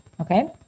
okay